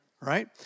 right